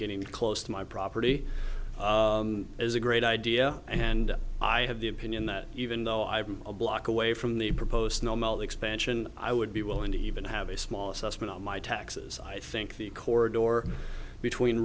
getting close to my property is a great idea and i have the opinion that even though i am a block away from the proposed normal expansion i would be willing to even have a small assessment on my taxes i think the corps door between